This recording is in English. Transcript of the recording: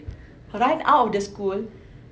ran out of the school